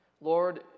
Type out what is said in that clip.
Lord